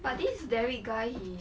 but this derek guy he